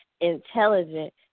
intelligent